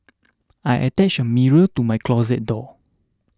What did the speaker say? I attached a mirror to my closet door